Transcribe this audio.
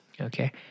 okay